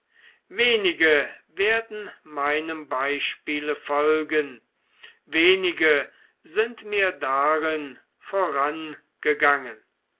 wenige werden meinem beispiele folgen wenige sind mir darin vorangegangen